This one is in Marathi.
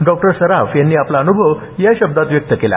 डॉ सराफ यांनी आपला अनुभव या शब्दांत व्यक्त केला